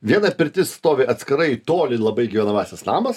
viena pirtis stovi atskirai toli labai gyvenamasis namas